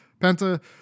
Penta